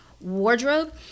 wardrobe